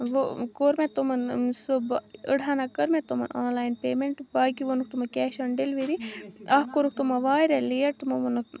وۄنۍ کوٚر مےٚ تِمن سُہ أڈہنا کٔر مےٚ تمَن آنلاین پیمنٹ باقٕے وونُکھ تِمَن کیش آن ڈیلؤری اکھ کوٚرُکھ تِمو واریاہ لیٹ تِمو وونُکھ